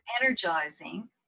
energizing